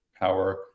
power